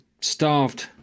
starved